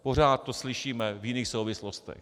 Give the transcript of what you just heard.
Pořád to slyšíme v jiných souvislostech.